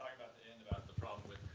about the problem